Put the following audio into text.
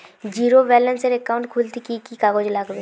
Zero ব্যালেন্সের account খুলতে কি কি কাগজ লাগবে?